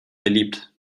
verliebt